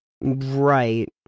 Right